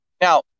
Now